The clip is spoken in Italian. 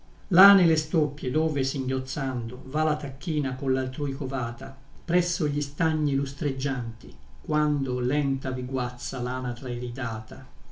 là nelle stoppie dove singhiozzando va la tacchina con laltrui covata presso gli stagni lustreggianti quando lenta vi guazza lanatra iridata